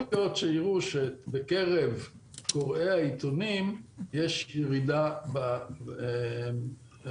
יכול להיות שיראו שבקרב קוראי העיתונים יש ירידה בעישון.